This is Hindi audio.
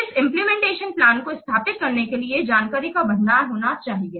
यह इंप्लीमेंटेशन प्लान को स्थापित करने के लिए जानकारी का भंडार होना चाहिए